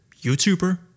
YouTuber